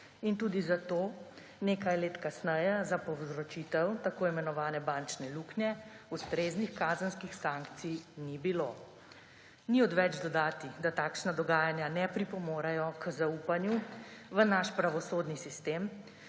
In tudi zato nekaj let kasneje za povzročitev tako imenovane bančne luknje ustreznih kazenskih sankcij ni bilo. Ni odveč dodati, da takšna dogajanja ne pripomorejo k zaupanju v naš pravosodni sistem,